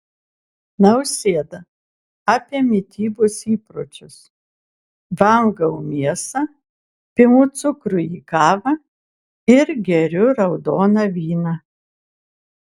nausėda apie mitybos įpročius valgau mėsą pilu cukrų į kavą ir geriu raudoną vyną